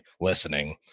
listening